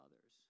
others